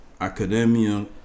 academia